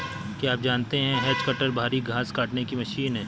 क्या आप जानते है हैज कटर भारी घांस काटने की मशीन है